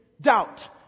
Doubt